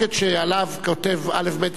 המחלוקת שעליה כותב א.ב.